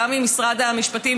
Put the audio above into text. גם עם משרד המשפטים,